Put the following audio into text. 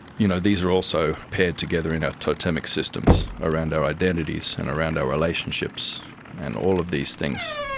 you know these are also paired together in our totemic systems around our identities and around our relationships and all of these things.